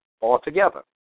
altogether